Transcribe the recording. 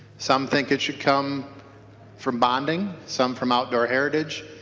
some think it should come from bonding. some from outdoor heritage.